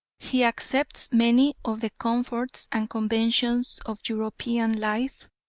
he accepts many of the comforts and conventions of european life,